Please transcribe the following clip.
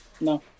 No